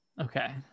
Okay